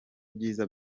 byiza